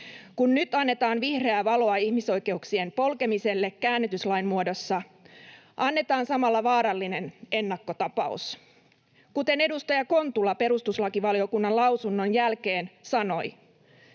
Kun nyt annetaan vihreää valoa ihmisoikeuksien polkemiselle käännytyslain muodossa, annetaan samalla vaarallinen ennakkotapaus. Kuten edustaja Kontula perustuslakivaliokunnan lausunnon jälkeen sanoi: